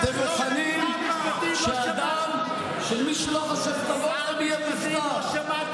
אתם מוכנים שמי שלא חושב כמוכם יהיה מופקר,